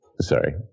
Sorry